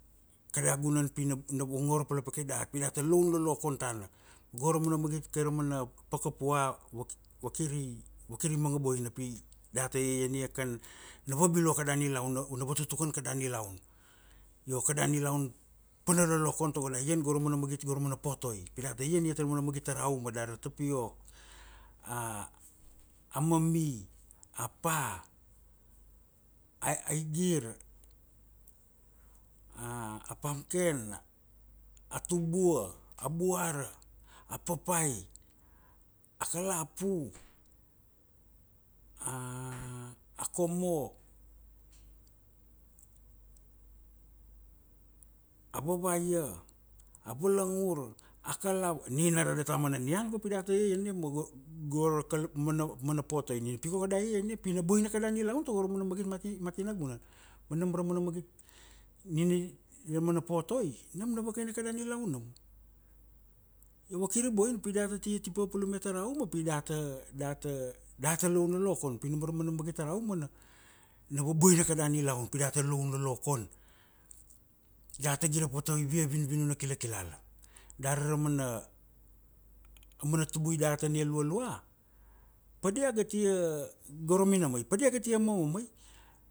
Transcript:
kada gunan pi na pi na vongor palapakai dat pi data laun lolokon tana. gora mana magit kai ra mana pakapua waki wakir i wakir i manga boina pi data iaiania kan na vabilua kada nilaun na na vatutukan kada nilaun. io kada nilaun pana lolokon togo da ian go ra mana magit go ra mana po otoi. pi data ian iat ra mana magit tara uma dari ra tapiok, a a mami a pa, a igir, a a pumken, a tubua, a buara, a papai, a kalapu, a komo, a wawaia, a valangur, a kalava, nina adata mana nian go pi data iaiania, ma go, go ra kalamana mana na po otoi ni pi koko da iaian ia. pi na boina kada nilaun tago ra mana magit mati mati nagunan. ma nam ra mana magit nina ra mana po otoi nam na vakaina kada nilaon nam. io vakir i boina pi data tia ti papalum iat tara uma pi data laon lolokon pi nam ra mana magit tara uma na vaboina kada mana nilaun pi data laun lolokon. data gire pa tai ivia vinvinun na kilakilala dari ra mana a mana tubui dat ania lualua pa diaga tia go ra minamai pa diaga tia mamamai